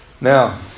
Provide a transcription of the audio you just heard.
Now